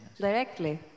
directly